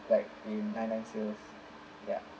like in nine nine sales ya